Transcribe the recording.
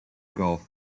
golf